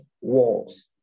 walls